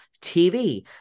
TV